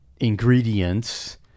ingredients